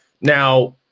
Now